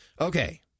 Okay